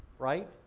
right,